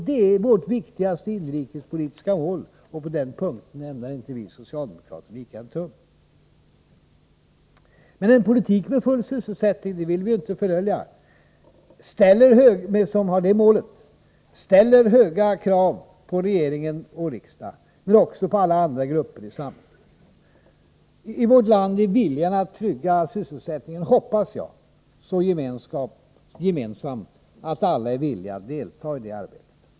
Det är vårt viktigaste inrikespolitiska mål, och på den punkten ämnar vi socialdemokrater inte vika en tum. Men en politik med full sysselsättning som mål ställer — det vill vi inte fördölja — höga krav på regering och riksdag, men också på alla andra grupper i samhället. I vårt land är viljan att trygga sysselsättningen — hoppas jag — så gemensam att alla är villiga att delta i detta arbete.